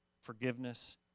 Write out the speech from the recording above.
forgiveness